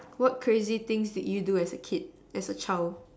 what crazy things did you do as a kid as a child